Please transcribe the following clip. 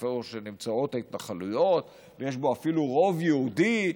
איפה שנמצאות ההתנחלויות, ויש בו אפילו רוב יהודי,